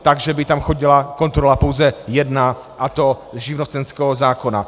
Takže by tam chodila kontrola pouze jedna, a to z živnostenského zákona.